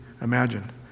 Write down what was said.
imagined